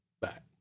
back